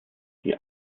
die